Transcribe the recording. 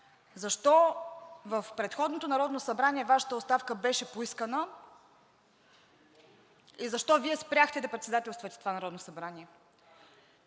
защо в предходното Народно събрание Вашата оставка беше поискана и защо Вие спряхте да председателствате това Народно събрание.